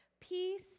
Peace